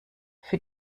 für